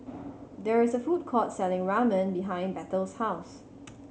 there is a food court selling Ramen behind Bethel's house